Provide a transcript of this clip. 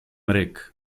ryk